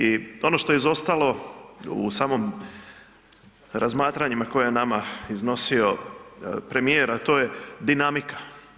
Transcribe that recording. I ono što je izostalo u samom razmatranjima koja je nama iznosio premijer, a to je dinamika.